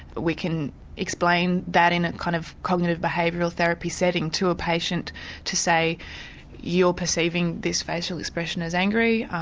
we can explain that in a kind of cognitive behavioural therapy setting to a patient to say you're perceiving this facial expression as angry,